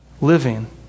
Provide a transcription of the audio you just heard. living